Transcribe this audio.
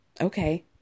Okay